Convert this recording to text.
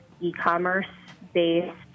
e-commerce-based